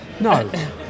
No